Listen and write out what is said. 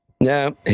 No